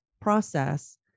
process